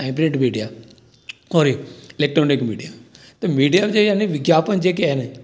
hybrid media कोरी electronic media त media हुजे यानी विज्ञापन जेके आहिनि